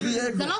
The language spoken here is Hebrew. רק